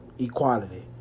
Equality